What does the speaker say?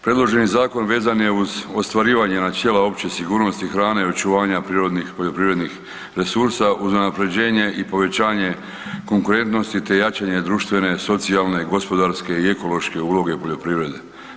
Predloženi zakon vezan je uz ostvarivanje načela opće sigurnosti hrane i očuvanja prirodnih poljoprivrednih resursa uz unapređenje i povećanje konkurentnosti te jačanje društvene, socijalne, gospodarske i ekološke uloge poljoprivrede.